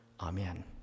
Amen